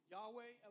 Yahweh